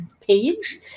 page